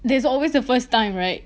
there's always the first time right